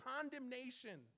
condemnation